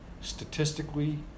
statistically